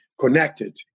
connected